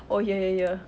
oh here here here